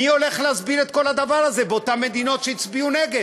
מי הולך להסביר את כל הדבר הזה באותן מדינות שהצביעו נגד?